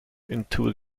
into